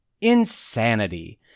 insanity